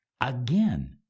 again